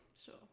Sure